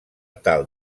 tal